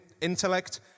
intellect